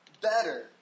better